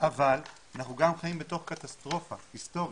אבל אנחנו גם חיים בתוך קטסטרופה היסטורית,